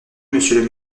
monsieur